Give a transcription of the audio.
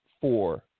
four